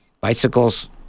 bicycles